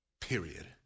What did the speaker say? Period